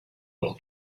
will